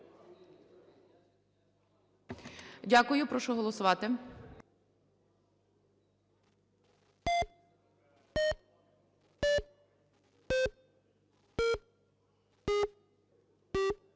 Дякую. Прошу голосувати.